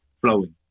flowing